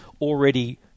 already